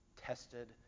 tested